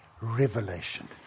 revelation